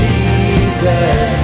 Jesus